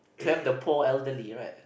tap the poor elderly right